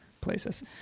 places